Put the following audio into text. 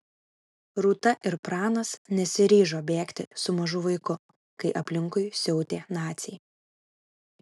rūta ir pranas nesiryžo bėgti su mažu vaiku kai aplinkui siautė naciai